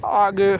आगे